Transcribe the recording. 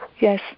Yes